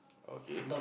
okay